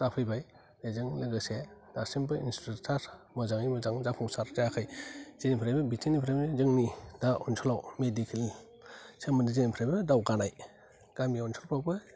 जाफैबाय बेजों लोगोसे दासिमबो इनप्रास्ट्राकसार मोजाङै मोजां जाफुंसार जायाखै जेनिफ्रायबो बिथिंनिफ्रायबो जोंनि दा ओनसोलआव मेडिकेल सोमोन्दै जेनिफ्रायबो दावगानाय गामि ओनसोलफ्रावबो